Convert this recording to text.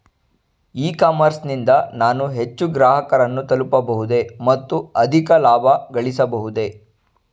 E commerce ನಿಂದ ನಾನು ಹೆಚ್ಚು ಗ್ರಾಹಕರನ್ನು ತಲುಪಬಹುದೇ ಮತ್ತು ಅಧಿಕ ಲಾಭಗಳಿಸಬಹುದೇ?